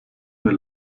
mir